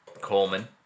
Coleman